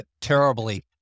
Terribly